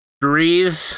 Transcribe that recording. breathe